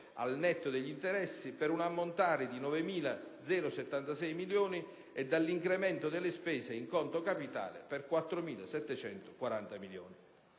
al netto degli interessi, per un ammontare di 9.076 milioni e dall'incremento delle spese in conto capitale, per 4.740 milioni.